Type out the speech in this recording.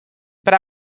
but